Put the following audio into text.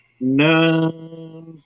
no